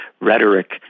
rhetoric